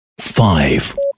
five